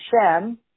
Hashem